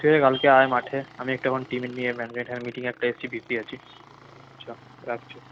ঠিক আছে কালকে আয় মাঠে আমি একটু এখন টিম নিয়ে মিটিংয়ে একটা এসছি বিজি আছি চ রাখছি